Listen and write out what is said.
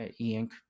E-ink